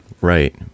Right